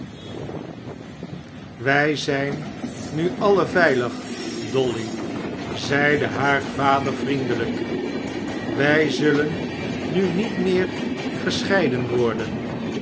wij zijn nu alien veilig dolly zeide haar vader vriendelijk wij zullen nu niet meer gescheiden worden